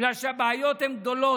בגלל שהבעיות הן גדולות.